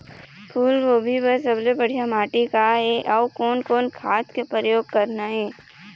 फूलगोभी बर सबले बढ़िया माटी का ये? अउ कोन कोन खाद के प्रयोग करना ये?